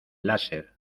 láser